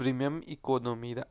premium ꯏꯀꯣꯅꯣꯃꯤꯗ